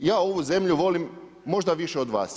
Ja ovu zemlju volim možda više od vas.